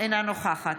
אינה נוכחת